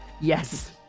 yes